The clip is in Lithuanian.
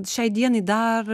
šiai dienai dar